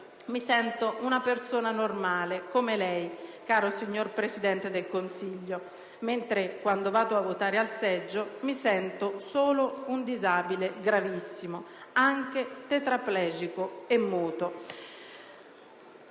mi sento una persona normale come lei, caro signor Presidente del Consiglio, mentre, quando vado a votare al seggio, mi sento solo un disabile gravissimo, anche tetraplegico e muto».